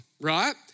right